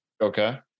Okay